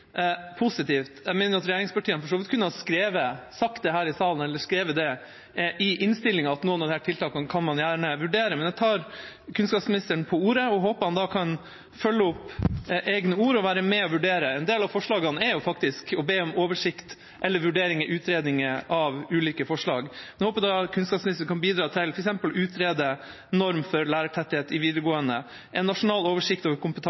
positivt. Jeg mener at regjeringspartiene for så vidt kunne sagt her i salen eller skrevet i innstillinga at noen av disse tiltakene kan man gjerne vurdere. Men jeg tar kunnskapsministeren på ordet og håper at han følger opp egne ord og blir med på å vurdere tiltakene. I en del av forslagene ber man faktisk om å få oversikt over eller vurdering og utredninger av ulike forslag. Nå håper jeg at kunnskapsministeren kan bidra til f.eks. å utrede norm for lærertetthet i videregående, en nasjonal oversikt over